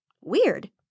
Weird